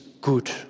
good